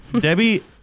Debbie